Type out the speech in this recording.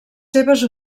seves